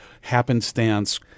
happenstance